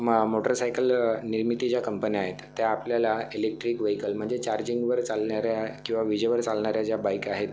मग मोटरसायकल निर्मिती ज्या कंपन्या आहेत त्या आपल्याला इलेक्ट्रिक व्हेईकल म्हणजे चार्जिंगवर चालणाऱ्या किंवा विजेवर चालणाऱ्या ज्या बाईक आहेत